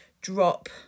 drop